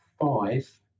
five